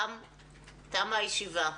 תמה הישיבה.